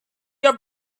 your